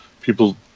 People